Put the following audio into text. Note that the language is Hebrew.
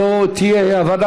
שלא תהיה אי-הבנה,